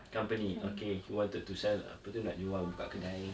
company okay you wanted to sell apa tu nak jual buka kedai